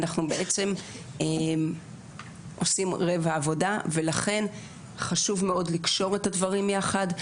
אנחנו בעצם עושים רבע עבודה ולכן חשוב מאוד לקשור את הדברים יחד,